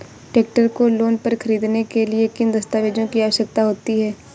Tractor को loan पर खरीदने के लिए किन दस्तावेज़ों की आवश्यकता होती है?